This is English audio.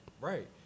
Right